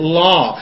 law